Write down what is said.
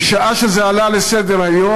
משעה שזה עלה לסדר-היום,